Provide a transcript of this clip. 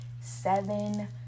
seven